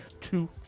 two